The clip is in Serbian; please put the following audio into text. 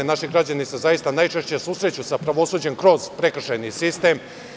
Naši građani se zaista najčešće susreću sa pravosuđem kroz prekršajni sistem.